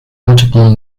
multiple